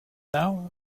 now